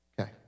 Okay